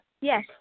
Yes